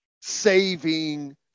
saving